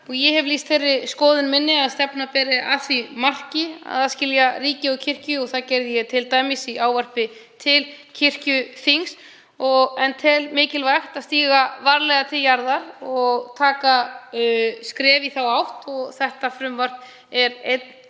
Ég hef lýst þeirri skoðun minni að stefna beri að því marki að aðskilja ríki og kirkju. Það gerði ég t.d. í ávarpi til kirkjuþings. En ég tel mikilvægt að stíga varlega til jarðar og taka skref í þá átt. Þetta frumvarp er einn